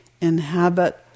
inhabit